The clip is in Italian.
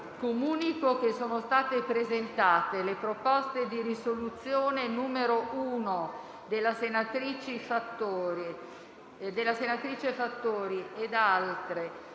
Comunico che sono state presentate le proposte di risoluzione n. 1, dalla senatrice Fattori e da altre